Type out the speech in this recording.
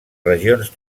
regions